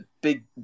big